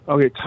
Okay